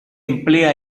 emplea